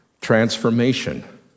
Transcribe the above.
transformation